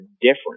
different